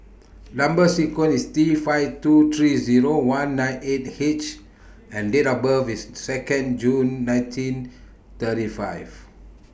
Number sequence IS T five two three Zero one nine eight H and Date of birth IS Second June nineteen thirty five